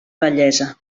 bellesa